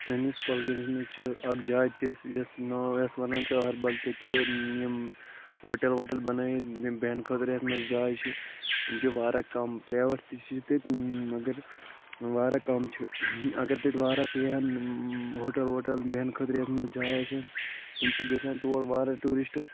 سٲنِس کولگامس منٛز چھِ اکھ جاے تِژھ یَتھ ناو یتھ وَنان چھِ اَہربل تَتہِ چھِ یِم ہوٹل ووٹل بَنٲیِتھ بیٚہنہٕ خٲطرٕ یَتھ منٛز جاے چھِ تِم چھِ واریاہ کَم پرایویٹ تہِ چھِ مَگر واریاہ کَم چھِ اَگر تَتہِ واریاہ پیٚہن ہوٹل ووٹل بیٚہنہٕ خٲطرٕ یَتھ منٛز جاے آسہِ ہا تَمہِ سۭتۍ گژھہن تور وارٕ ٹورِسٹ